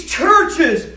churches